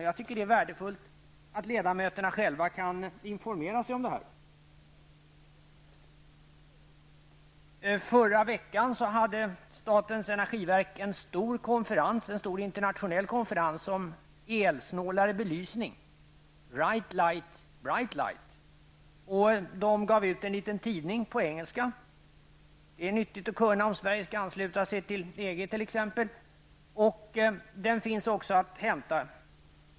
Och jag tycker att det är värdefullt att ledamöterna själva kan informera sig om detta. Förra veckan hade statens energiverk en stor internationell konferens om elsnålare belysning som hette Right light -- bright light. Man gav ut en liten tidning på engelska. Det är nyttigt att kunna om Sverige skall ansluta sig till EG. Den finns också att hämta.